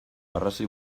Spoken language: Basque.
arrazoi